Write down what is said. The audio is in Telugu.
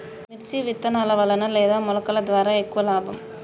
మిర్చి విత్తనాల వలన లేదా మొలకల ద్వారా ఎక్కువ లాభం?